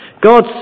God